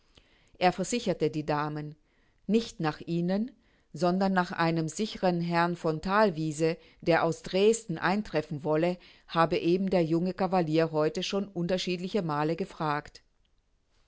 er versicherte die damen nicht nach ihnen sondern nach einem sicheren herrn von thalwiese der aus dresden eintreffen wolle habe eben der junge cavalier heute schon unterschiedliche male gefragt